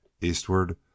Eastward